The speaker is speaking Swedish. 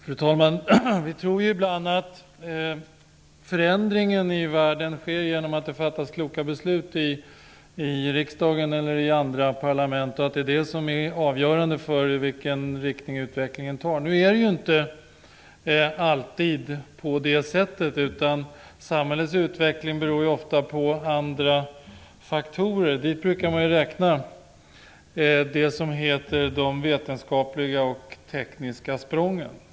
Fru talman! Vi tror ibland att förändringar i världen sker genom att kloka beslut fattas i riksdagen eller i andra parlament och att det är det som är avgörande för vilken riktning utvecklingen tar. Det är inte alltid på det sättet, för samhällets utveckling beror ju ofta på andra faktorer. Dit brukar man räkna det som kallas för de vetenskapliga och tekniska sprången.